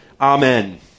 Amen